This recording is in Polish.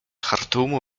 chartumu